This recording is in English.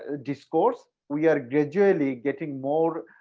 ah discourse, we are gradually getting more